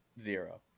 Zero